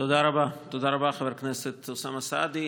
תודה רבה, חבר הכנסת אוסאמה סעדי.